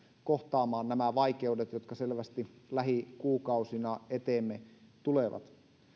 kohtaamaan nämä vaikeudet jotka selvästi lähikuukausina eteemme tulevat